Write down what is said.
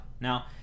Now